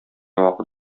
вакыт